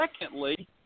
Secondly